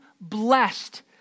blessed